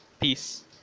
Peace